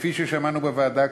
כפי ששמענו בוועדה,